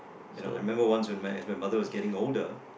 you know I remember once when as my mother was getting older